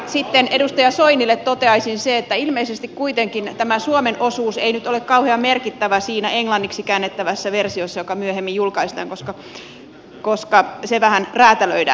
sitten edustaja soinille toteaisin sen että ilmeisesti kuitenkaan tämä suomen osuus ei nyt ole kauhean merkittävä siinä englanniksi käännettävässä versiossa joka myöhemmin julkaistaan koska se vähän räätälöidään